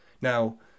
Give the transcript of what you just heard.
Now